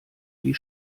die